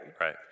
Right